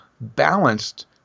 balanced